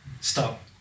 Stop